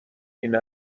این